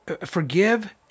forgive